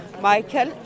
Michael